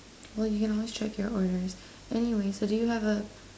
well you can always check your orders anyway so do you have a